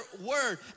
word